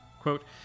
quote